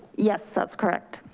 yes, that's correct.